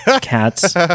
cats